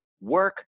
work